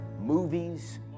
movies